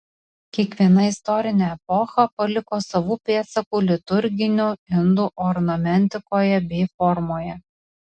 kiekviena istorinė epocha paliko savų pėdsakų liturginių indų ornamentikoje bei formoje